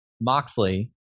Moxley